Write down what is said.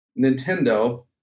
Nintendo